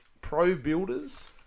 pro-builders